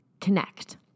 connect